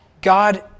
God